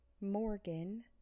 Morgan